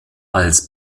als